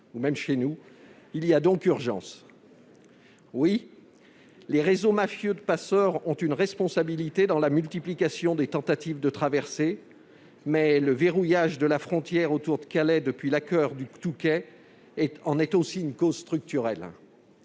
ou chez nous. Il y a donc urgence. Oui, les réseaux mafieux de passeurs ont une responsabilité dans la multiplication des tentatives de traversée. Mais le verrouillage de la frontière autour de Calais depuis l'accord du Touquet en est aussi une cause structurelle.